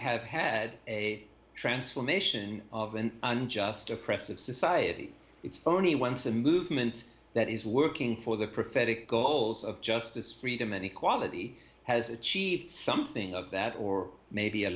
have had a transformation of an unjust oppressive society it's only once a movement that is working for the prophetic goals of justice freedom and equality has achieved something of that or maybe a